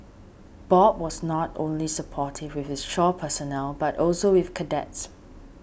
bob was not only supportive with his shore personnel but also with cadets